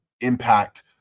impact